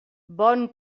bon